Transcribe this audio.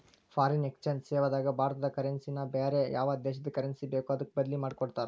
foreign exchange ಸೇವಾದಾಗ ಭಾರತದ currency ನ ಬ್ಯಾರೆ ಯಾವ್ ದೇಶದ್ ಕರೆನ್ಸಿ ಬೇಕೊ ಅದಕ್ಕ ಬದ್ಲಿಮಾದಿಕೊಡ್ತಾರ್